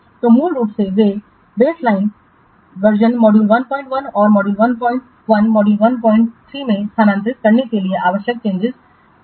तो मूल रूप से वे बेसलाइन संस्करण मॉड्यूल 11 और मॉड्यूल 11 मॉड्यूल 13 में स्थानांतरित करने के लिए आवश्यक चेंजिंस संग्रहीत करेंगे